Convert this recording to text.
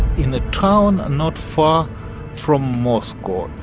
in a town not far from moscow,